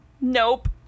nope